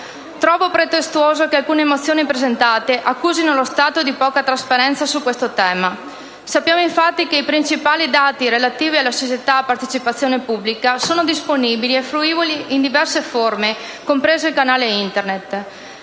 Trovo pretestuoso che alcune mozioni presentate accusino lo Stato di poca trasparenza su questo tema. Sappiamo, infatti, che i principali dati relativi alle società a partecipazione pubblica sono disponibili e fruibili in diverse forme, compreso il canale Internet.